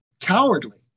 cowardly